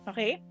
Okay